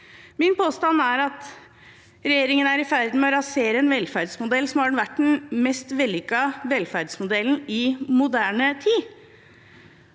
Min påstand er at regjeringen er i ferd med å rasere en velferdsmodell som har vært den mest vellykkede velferdsmodellen i moderne tid.